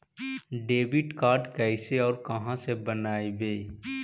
Debit card कैसे और कहां से बनाबे है?